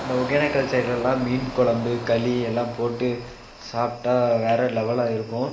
இந்த ஒகேனக்கல் சைடு எல்லாம் மீன் குழம்பு களி எல்லாம் போட்டு சாப்பிட்டா வேறு லெவலாக இருக்கும்